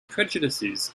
prejudices